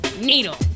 Needle